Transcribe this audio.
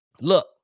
Look